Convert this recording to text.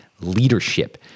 leadership